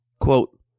quote